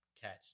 catch